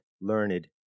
learned